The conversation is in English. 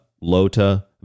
Lota